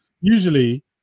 usually